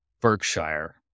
Berkshire